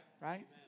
right